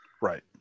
Right